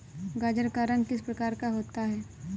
गाजर का रंग किस प्रकार का होता है?